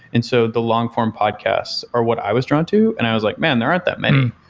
and so the long-form podcasts are what i was drawn to and i was like, man! there aren't that many.